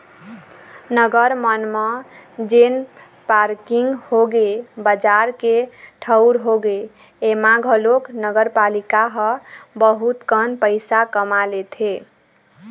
नगर मन म जेन पारकिंग होगे, बजार के ठऊर होगे, ऐमा घलोक नगरपालिका ह बहुत कन पइसा कमा लेथे